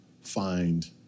find